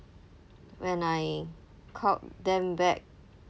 when I called them back